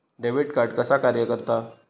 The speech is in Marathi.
डेबिट कार्ड कसा कार्य करता?